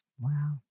Wow